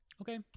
Okay